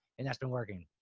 and that's been working.